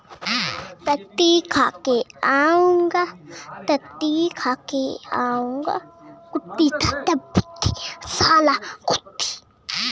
ऋण प्राप्त करने के लिए कौन सा बैंक अच्छा है?